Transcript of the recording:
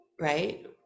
right